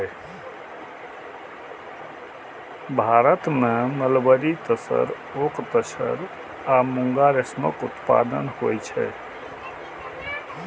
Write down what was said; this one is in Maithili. भारत मे मलबरी, तसर, ओक तसर, एरी आ मूंगा रेशमक उत्पादन होइ छै